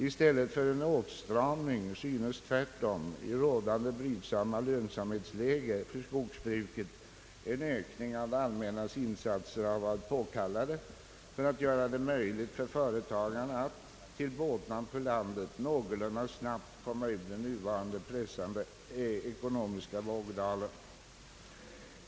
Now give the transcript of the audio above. I stället för en åtstramning synes tvärtom i rådande brydsamma lönsamhetsläge för skogsbruket en ökning av det allmännas insatser ha varit påkallad för att göra det möjligt för företagarna att — till båtnad för landet — någorlunda snabbt komma ur den nuvarande pressande ekonomiska vågdalen.